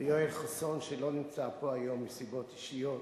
ויואל חסון, שלא נמצא פה היום מסיבות אישיות,